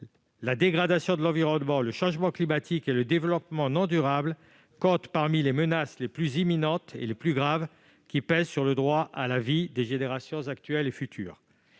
La dégradation de l'environnement, le changement climatique et le développement non durable comptent parmi les menaces les plus imminentes et les plus graves qui pèsent sur le droit à la vie des générations actuelles et futures.